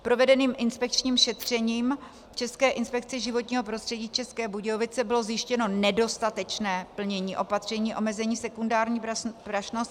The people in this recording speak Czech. Provedeným inspekčním šetřením České inspekce životního prostředí České Budějovice bylo zjištěno nedostatečné plnění opatření omezení sekundární prašnosti.